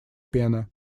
пена